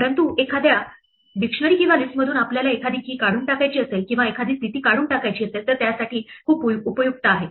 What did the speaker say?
परंतु एखाद्या डिक्शनरी किंवा लिस्टमधून आपल्याला एखादी key काढून टाकायची असेल किंवा एखादी स्थिती काढून टाकायची असेल तर त्यासाठी खूप उपयुक्त आहे